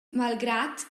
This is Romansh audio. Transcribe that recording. malgrad